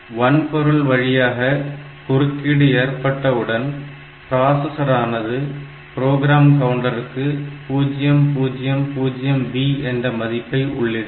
வன்பொருள் வழியாக குறுக்கீடு ஏற்பட்ட உடன் பிராசஸர் ஆனது ப்ரோக்ராம் கவுன்டருக்கு 000B என்ற மதிப்பை உள்ளிடும்